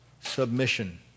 Submission